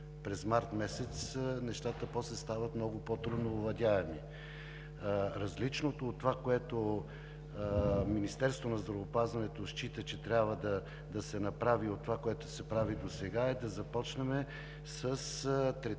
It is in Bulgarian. през месец март, нещата после стават много по-трудно овладяеми. Различното от това, което Министерството на здравеопазването счита, че трябва да се направи от това, което се прави досега, е да започнем с третирането